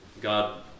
God